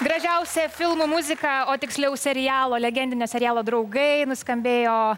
gražiausia filmų muzika o tiksliau serialo legendinio serialo draugai nuskambėjo